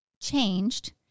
changed